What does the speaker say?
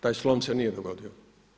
Taj slom se nije dogodio.